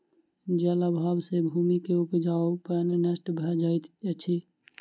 जल अभाव सॅ भूमि के उपजाऊपन नष्ट भ जाइत अछि